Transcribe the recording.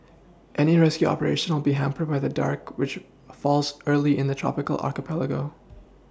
any rescue operation will be hampered by the dark which falls early in the tropical archipelago